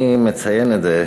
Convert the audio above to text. אני מציין את זה,